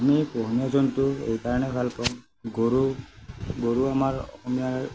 আমি পোহনীয়া জন্তু এইকাৰণেই ভাল পাওঁ গৰু গৰু আমাৰ অসমীয়াৰ